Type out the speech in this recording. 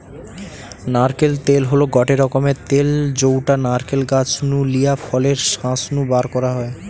নারকেল তেল হল গটে রকমের তেল যউটা নারকেল গাছ নু লিয়া ফলের শাঁস নু বারকরা হয়